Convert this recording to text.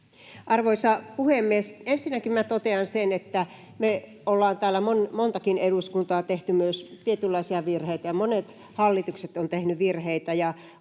Arvoisa puhemies! Ensinnäkin minä totean sen, että täällä on montakin eduskuntaa tehnyt myös tietynlaisia virheitä ja monet hallitukset ovat tehneet virheitä.